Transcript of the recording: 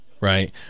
right